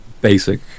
basic